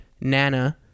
Nana